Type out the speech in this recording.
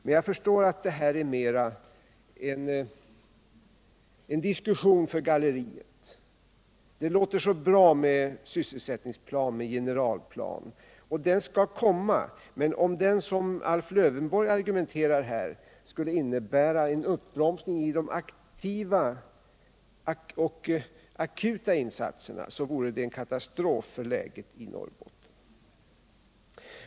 Men jag förstår att detta är mera en diskussion för galleriet. Det låter så bra när man talar om en sysselsättningsplan eller en generalplan. En sådan skall också komma, men om den, som Alf Lövenborg argumenterar för här, skulle medföra en uppbromsning av de aktiva och akuta insatserna, vore det en katastrof för läget i Norrbotten.